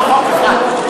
לא חוק אחד.